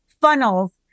funnels